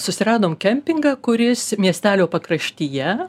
susiradom kempingą kuris miestelio pakraštyje